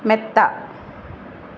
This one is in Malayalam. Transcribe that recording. മെത്ത